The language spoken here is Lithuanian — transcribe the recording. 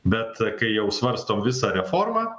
bet kai jau svarstom visą reformą